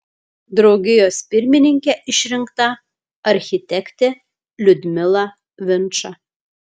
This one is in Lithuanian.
draugijos pirmininke išrinkta architektė liudmila vinča